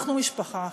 אנחנו משפחה אחת,